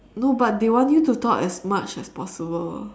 no but they want you to talk as much as possible